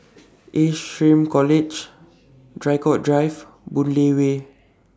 Ace Shrm College Draycott Drive Boon Lay Way